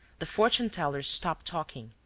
the fortune-teller stopped talking,